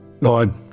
Lord